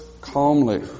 calmly